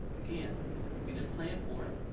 again we didn't plan for it,